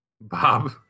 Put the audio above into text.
Bob